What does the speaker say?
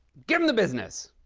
give him the business!